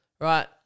right